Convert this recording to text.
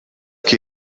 que